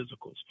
physicals